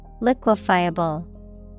Liquefiable